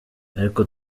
ariko